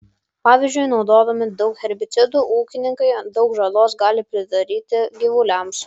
pavyzdžiui naudodami daug herbicidų ūkininkai daug žalos gali pridaryti gyvuliams